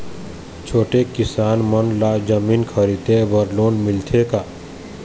छोटे किसान मन ला जमीन खरीदे बर लोन मिलथे का?